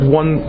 one